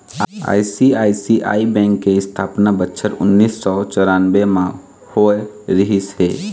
ICICI bank के इस्थापना बछर उन्नीस सौ चउरानबे म होय रिहिस हे